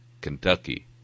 Kentucky